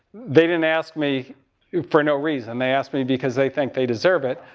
they didn't ask me for no reason. they ask me because they think they deserve it.